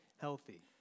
healthy